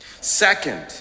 Second